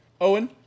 Owen